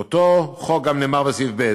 באותו חוק גם נאמר: "(ב)